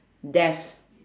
death